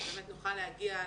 שבאמת נוכל להגיע,